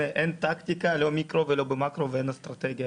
אין טקטיקה, לא במיקרו ולא במקרו, ואין אסטרטגיה.